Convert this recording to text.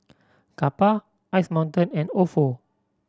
Kappa Ice Mountain and Ofo